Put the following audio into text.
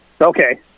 okay